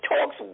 talks